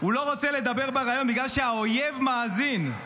הוא לא רוצה לדבר בריאיון בגלל שהאויב מאזין.